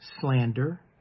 slander